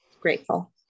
grateful